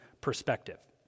perspective